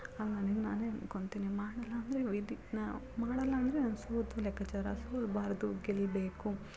ಆಗ ನನಗೆ ನಾನೇ ಅನ್ಕೊತಿನಿ ಮಾಡಲ್ಲ ಅಂದರೆ ವಿಧಿ ನಾ ಮಾಡಲ್ಲ ಅಂದರೆ ನಾನು ಸೋತು ಲೆಕ್ಕಚಾರ ಸೋಲಬಾರ್ದು ಗೆಲ್ಲಬೇಕು